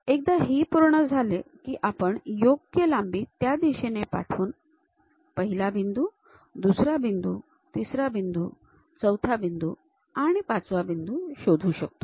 एकदा ही पूर्ण झाले की आपण योग्य लांबी त्या दिशेने पाठवून पहिला बिंदू दुसरा बिंदू तिसरा बिंदू चौथा बिंदू आणि पाचवा बिंदू शोधू शकतो